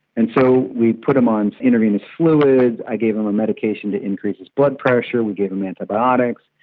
and so we put him on intravenous fluid, i gave him a medication to increase his blood pressure, we gave him antibiotics,